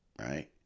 right